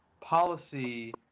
policy